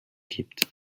gibt